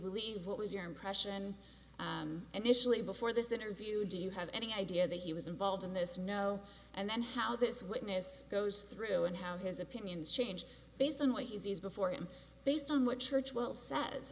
believe what was your impression and initially before this interview do you have any idea that he was involved in this know and how this witness goes through and how his opinions change based on what he sees before him based on what church well says